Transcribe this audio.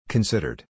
Considered